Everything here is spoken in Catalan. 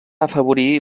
afavorir